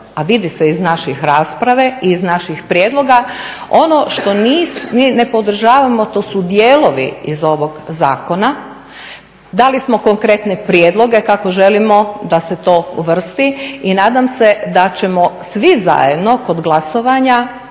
a vidi se iz naših prijedloga, ono što ne podržava to su dijelovi iz ovog zakona. Dali smo konkretne prijedloge kako želimo da se to uvrsti i nadam se da ćemo svi zajedno kod glasovanja